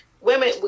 Women